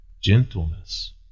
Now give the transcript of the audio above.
Gentleness